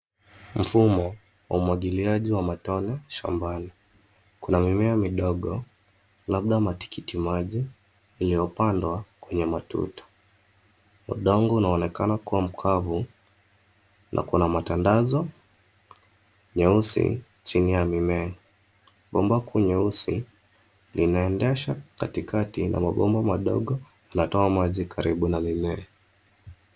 Mfumo wa umwagiliaji wa matone shambani. Kuna mimea midogo labda matikiti maji iliyopandwa kwenye matuta. Udongo unaonekaka kuwa mkavu na kuna matandazo nyeusi chini ya mimea. Bomba kwenye usi linaendesha katikati ya mabomba madogo linatoa maji karibu na mimea.